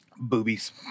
Boobies